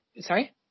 sorry